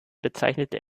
bezeichnete